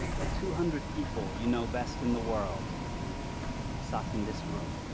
the two hundred people you know best in the world sat in this room